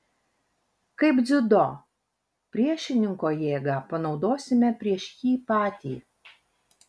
kaip dziudo priešininko jėgą panaudosime prieš jį patį